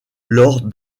lors